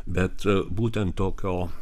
bet būtent tokio